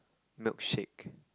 milkshake